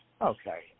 Okay